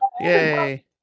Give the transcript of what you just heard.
Yay